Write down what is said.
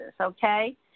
Okay